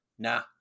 Nah